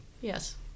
yes